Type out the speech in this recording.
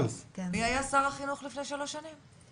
מי היה שר החינוך לפני שלוש שנים?